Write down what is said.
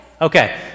Okay